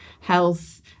health